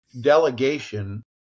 delegation